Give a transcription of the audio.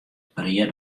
brea